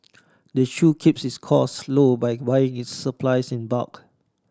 the shop keeps its costs low by buying its supplies in bulk